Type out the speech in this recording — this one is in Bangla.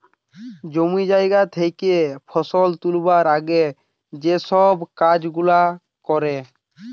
জমি জায়গা থেকে ফসল তুলবার আগে যেই সব কাজ গুলা করে